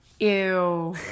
Ew